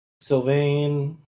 Sylvain